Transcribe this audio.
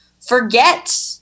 forget